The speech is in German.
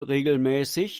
regelmäßig